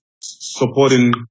supporting